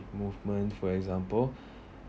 movement for example